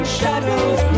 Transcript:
shadows